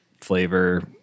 flavor